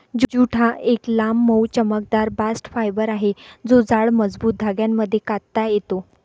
jute हा एक लांब, मऊ, चमकदार बास्ट फायबर आहे जो जाड, मजबूत धाग्यांमध्ये कातता येतो